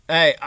Hey